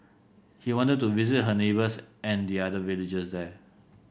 he wanted to visit her neighbours and the other villagers there